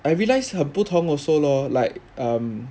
I realised 很不同 also lor like um